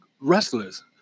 wrestlers